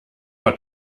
war